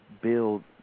build